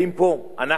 האם פה אנחנו,